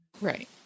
right